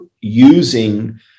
using